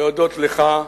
להודות לך,